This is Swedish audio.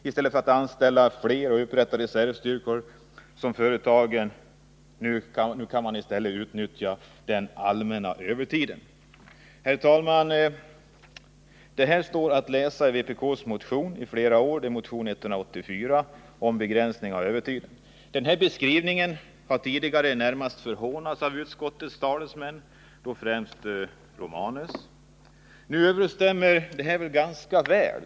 I stället för att anställa flera och upprätta reservstyrkor inom företagen utnyttjas den ”allmänna övertiden”.” Herr talman! Detta står att läsa i vpk:s motion 184 om begränsning av övertidsarbete. Denna beskrivning har tidigare närmast förhånats av utskottets talesmän, främst Gabriel Romanus.